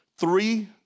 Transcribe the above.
Three